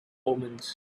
omens